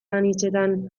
anitzetan